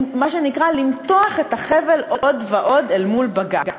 מה שנקרא למתוח את החבל עוד ועוד אל מול בג"ץ.